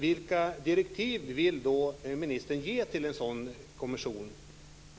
Vilka direktiv vill då ministern ge till en sådan kommission?